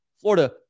Florida